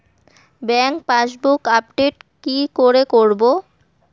Bank passbook update কি করে করবো?